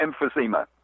emphysema